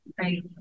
right